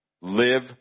live